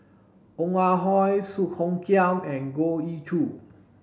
Ong Ah Hoi Song Hoot Kiam and Goh Ee Choo